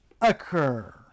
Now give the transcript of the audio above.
occur